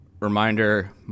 reminder